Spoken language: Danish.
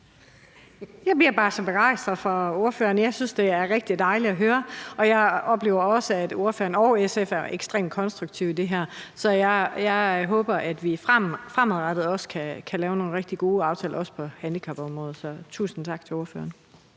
Jeg bliver bare så begejstret for ordføreren. Jeg synes, det er rigtig dejligt at høre, og jeg oplever også, at ordføreren og SF er ekstremt konstruktive i det her. Så jeg håber, at vi fremadrettet kan lave nogle rigtig gode aftaler også på handicapområdet. Så tusind tak til ordføreren.